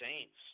Saints